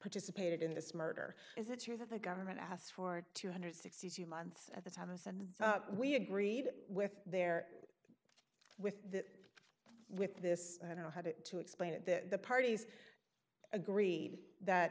participated in this murder is it true that the government asked for two hundred and sixty months at the time said we agreed with their with that with this i don't know how to explain it the parties agreed that